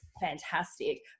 fantastic